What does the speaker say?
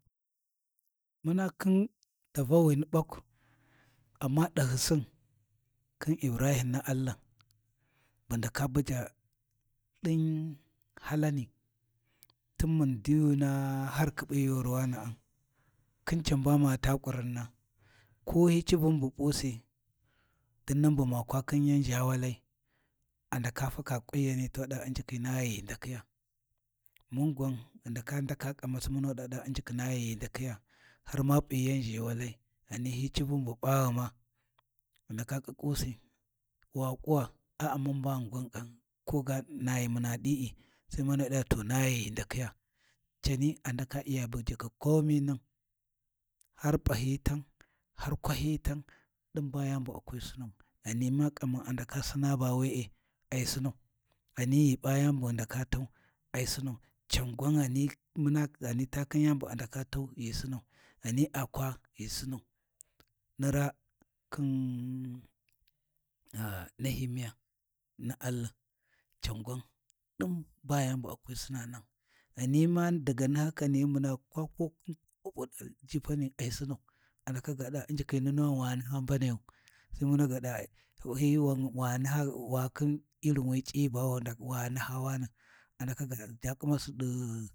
Muna khin davawini baƙ, amma dahyisin khin Ibrahim Na’Allah bu ndaka buja din hallani tin mun diyuna har ghi khiɓi yoriwana’a khin can ba ma taa kuruna ko hi cuuvun bu P’usi dinnan bu ma kwa khin yan ʒha walai a ndaka faka ƙunyani to ɗa U'njiki na ghi ghu ndakiya. Mun gwanghi ndaka ndaka kamasi munu da ɗa Unjikhi na ghi ghu ndakakhiya, har ma P’i yan ʒhewalai, ghani hi C’uvan bu P’aghuma, ghi ndaka ƙuƙusi, wa kuwa? A’a mun bani gwan kam ko ga a'a naghi muna di’i, Sai munada to naghi ghu ndakhiya, cani a ndaka Iya bujakhi komi nan, har P’ahiyi tan har kwahiyi tan ɗin ba yani bu akwi Sinau, ghani kaman ndaka Sina ba we’e ai Sinau ghani ghi P’a yani bu ghi ndaka tau, ai Sinau, can gwan ghani muna takhin yani bu a ndaka tau ghi Sinau, ghani akwa ghi Sinau ni ra khin nehemiah Na’Allah can gwan din ba yani buakwi Sina nan, ghani ma daga nahakani muna kwa khin ko kobo di aljibani, ai Sinau a ndaka ga da Unjiki nunuwani wa naha mbanayu wa khin irin wiyi c'iyi bawa naha wana ana kaga jakuma si du.